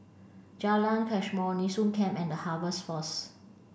Jalan Mashhor Nee Soon Camp and The Harvest Force